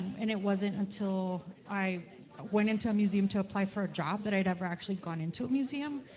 and it wasn't until i went into a museum to apply for a job that i'd ever actually gone into a museum,